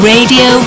Radio